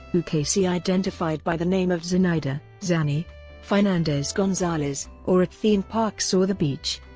who casey identified by the name of zenaida zanny fernandez-gonzalez, or at theme parks or the beach.